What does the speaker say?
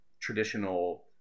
traditional